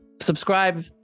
subscribe